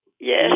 Yes